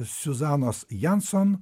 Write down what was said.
siuzanos janson